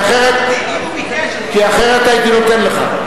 כי אחרת, אם הוא ביקש, אז, כי אחרת הייתי נותן לך.